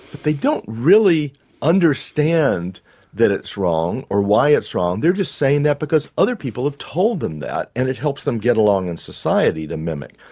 they don't really understand that it's wrong or why it's wrong. they are just saying that because other people have told them that and it helps them get along in society to mimic.